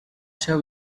shall